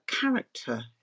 character